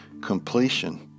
Completion